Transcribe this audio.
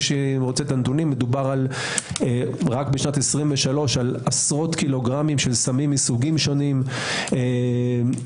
מדובר רק בשנת 23' על עשרות קילוגרמים של סמים מסוגים שונים - קוקאין,